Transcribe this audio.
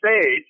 stage